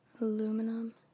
Aluminum